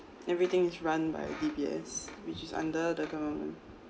everything is run by D_B_S which is under the government